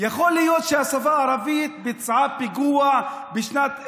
יכול להיות שהשפה הערבית ביצעה פיגוע בשנת 2017,